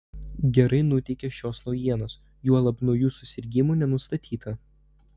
gerai nuteikia šios naujienos juolab naujų susirgimų nenustatyta